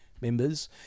members